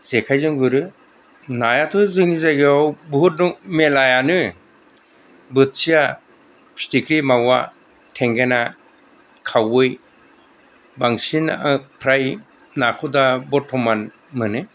जेखाइजों गुरो नायाथ' जोंनि जायगायाव बहुत मेलायानो बोथिया फिथिख्रि मावा थेंगोना खावै बांसिना फ्राय नाखौ दा बरतमान मोनो